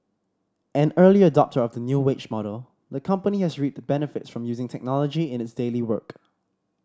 an early adopter of the new wage model the company has reaped benefits from using technology in its daily work